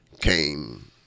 came